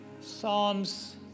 Psalms